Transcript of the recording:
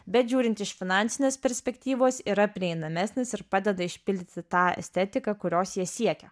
bet žiūrint iš finansinės perspektyvos yra prieinamesnis ir padeda išpildyti tą estetiką kurios jie siekia